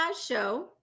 show